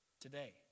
today